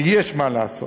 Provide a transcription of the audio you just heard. ויש מה לעשות.